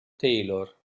taylor